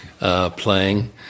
playing